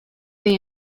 they